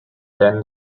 then